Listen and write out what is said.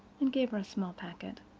and gave her a small packet.